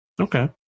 Okay